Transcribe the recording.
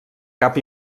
cap